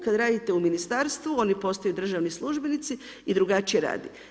Kada radite u ministarstvu, oni postanu državni službenici i drugačije radi.